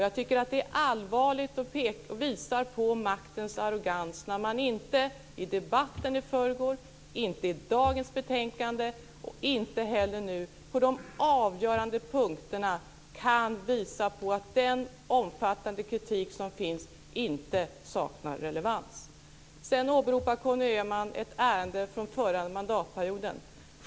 Jag tycker att det är allvarligt och visar på maktens arrogans när man inte i debatten i förrgår, inte i dagens betänkande och inte heller nu på de avgörande punkterna kan visa på att den omfattande kritik som finns saknar relevans. Conny Öhman åberopar ett ärende från förra mandatperioden.